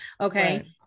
Okay